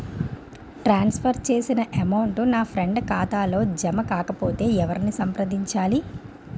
ట్రాన్స్ for చేసిన amount నా friend ఖాతాలో జమ కాకపొతే ఎవరిని సంప్రదించాలి?